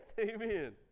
Amen